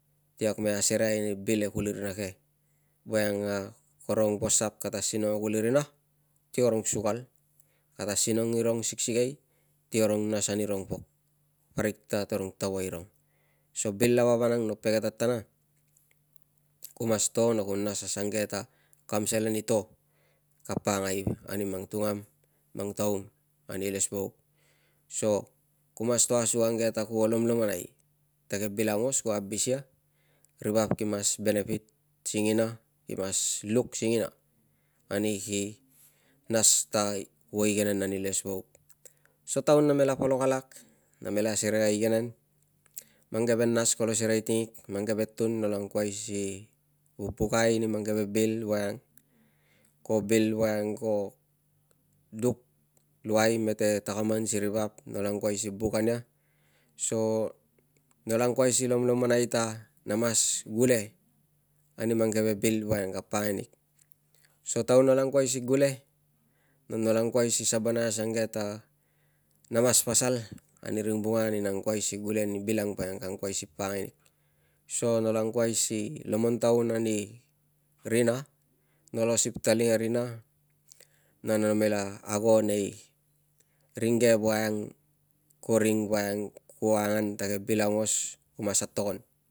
Ti kag me asereai ni bil e kulirina ke voiang a karung vosap kata asinong a kuli rina si karong sukal, kata asinong irong siksikei ti karong nas anirong pok, parik ta tarung tava irung. So bil lava vanang, no pege ta tana, ku mas to na ku nas asuangke ta kam selen i to ka pakangai ani mang tungam, mang taum ani ilesvauk. So ku mas to asuangke ta, kuo lomlomonai ta ke bil aungos kuo abis ia ri vap ki mas benefit singina, ki mas luk singina ani ki nas ta kuo igenen ani ilesvauk. So taun namela polok alak, namela serei a igenen, mang keve nas kolo serei tingig, mang keve tun nolo angkuai si vubukai ni mang keve bil voiang, ko bil voiang, ko duk luai mete takaman si ri vap, nolo angkuai si buk ania, so nolo angkuai si lomlomonai ta na mas gule ani mang keve bil voiang ka pakangai nig. So taun nolo anguai si gule, na nolo angkuai si sabonai askang ke ta na mas pasal ani ring vunga ani na angkuai si gule ni bil ang ka angkuai si pakangai nig. So nolo angkuai si lomon taun ani rina, nolo sip taling a rina na namela ago nei ringke voiang, ko ring voiang ko angan ta ke bil aungos kumas atogon